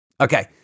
Okay